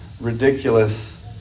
ridiculous